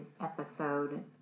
episode